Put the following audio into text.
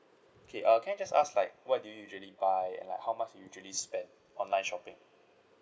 okay uh can I just ask like what do you usually buy and like how much you usually spend online shopping